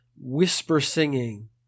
whisper-singing